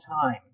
time